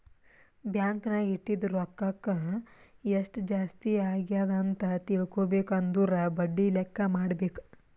bank ನಾಗ್ ಇಟ್ಟಿದು ರೊಕ್ಕಾಕ ಎಸ್ಟ್ ಜಾಸ್ತಿ ಅಗ್ಯಾದ್ ಅಂತ್ ತಿಳ್ಕೊಬೇಕು ಅಂದುರ್ ಬಡ್ಡಿ ಲೆಕ್ಕಾ ಮಾಡ್ಬೇಕ